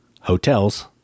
hotels